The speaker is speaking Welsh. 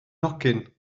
nhocyn